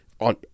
on